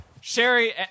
Sherry